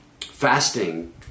Fasting